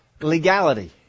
legality